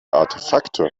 artefakte